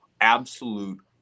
absolute